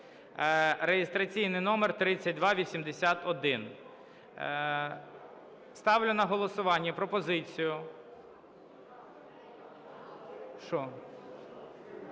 (реєстраційний номер 3281). Ставлю на голосування пропозицію…